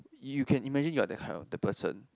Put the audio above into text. you can imagine you are that kind of that person